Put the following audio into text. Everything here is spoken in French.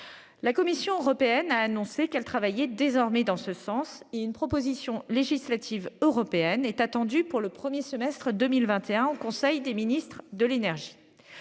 La Commission européenne a annoncé qu'elle travaillait désormais en ce sens. Une proposition législative européenne est attendue pour le premier semestre 2023, à l'occasion du conseil des ministres de l'énergie.